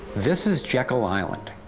this is jekyll island,